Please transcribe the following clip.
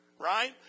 right